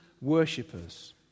worshippers